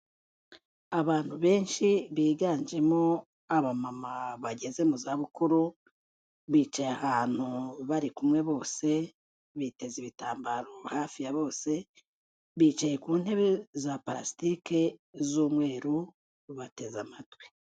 Abantu benshi, biganjemo abamama bageze mu zabukuru, bicaye ahantu bari kumwe bose, biteze ibitambaro hafi ya bose, bicaye ku ntebe za palasitike z'umweru, bateze amatwi.